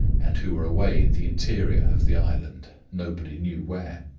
and who were away in the interior of the island, nobody knew where.